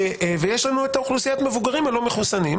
יש לנו את האוכלוסייה של המבוגרים הלא מחוסנים.